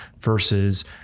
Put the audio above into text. versus